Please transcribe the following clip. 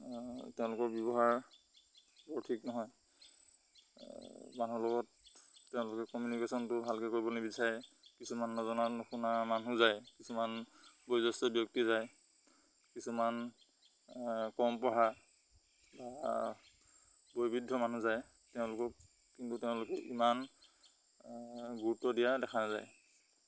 তেওঁলোকৰ ব্যৱহাৰ বৰ ঠিক নহয় মানুহৰ লগত তেওঁলোকে কমিউনিকেশ্যনটো ভালকে কৰিবলে বিচাৰে কিছুমান নজনা নুশুনা মানুহ যায় কিছুমান বোজ্যেষ্ঠ ব্যক্তি যায় কিছুমান কম পঢ়া বা বৈবৃদ্ধ মানুহ যায় তেওঁলোকক কিন্তু তেওঁলোকে ইমান গুৰুত্ব দিয়া দেখা নাযায়